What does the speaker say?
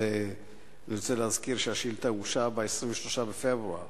אני רוצה להזכיר שהשאילתא הוגשה ב-23 בפברואר,